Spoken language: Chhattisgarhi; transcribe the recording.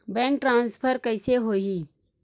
बैंक ट्रान्सफर कइसे होही?